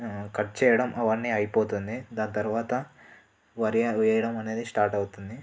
cut చెయ్యడం అవన్నీ అయిపోతుంది దాని తర్వాత వరి వెయ్యడం అనేది స్టార్ట్ అవుతుంది